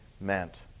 meant